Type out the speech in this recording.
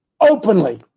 openly